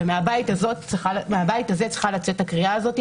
ומהבית הזה צריכה לצאת הקריאה הזאת,